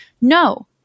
No